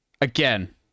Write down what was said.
again